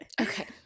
Okay